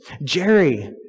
Jerry